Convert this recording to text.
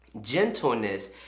Gentleness